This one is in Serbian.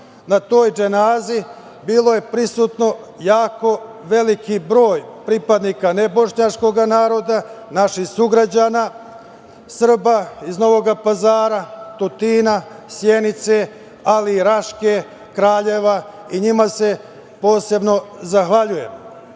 Na toj dženazi bilo je prisutno jako velik broj pripadnika nebošnjačkog naroda, naših sugrađana, Srba iz Novog Pazara, Tutina, Sjenice, ali i Raške, Kraljeva i njima se posebno zahvaljujem. Ono